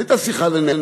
זו הייתה שיחה עם נערים